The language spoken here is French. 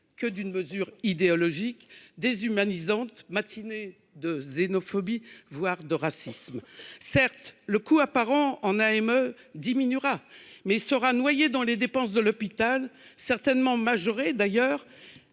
que d’une mesure idéologique, déshumanisante, matinée de xénophobie, voire de racisme ? Certes le coût apparent de l’AME diminuera, mais il sera noyé dans les dépenses de l’hôpital, certainement majoré,